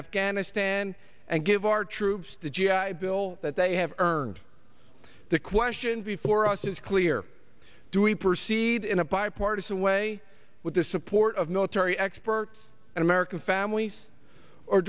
afghanistan and give our troops the g i bill that they have earned the question before us is clear do we proceed in a bipartisan way with the support of military experts and american families or